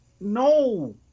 No